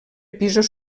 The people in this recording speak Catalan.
pisos